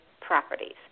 properties